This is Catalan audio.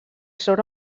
sobre